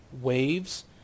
waves